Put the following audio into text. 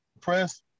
press